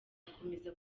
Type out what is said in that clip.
akomeza